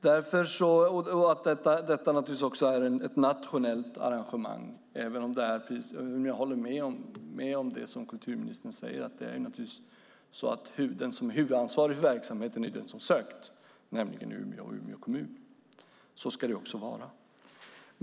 Detta är ett nationellt arrangemang, även om jag håller med kulturministern om att den som är huvudansvarig för verksamheten är den som sökt, nämligen Umeå kommun. Så ska det vara.